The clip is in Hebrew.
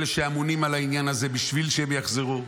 אלה שאמונים על העניין הזה, בשביל שהם יחזרו.